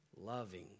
loving